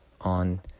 on